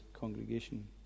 congregation